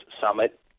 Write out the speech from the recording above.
summit